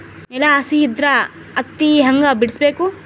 ನೆಲ ಹಸಿ ಇದ್ರ ಹತ್ತಿ ಹ್ಯಾಂಗ ಬಿಡಿಸಬೇಕು?